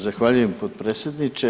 Zahvaljujem potpredsjedniče.